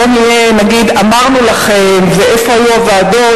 שלא נגיד "אמרנו לכם" ו"איפה היו הוועדות",